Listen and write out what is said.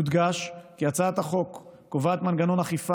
יודגש כי הצעת החוק קובעת מנגנון אכיפה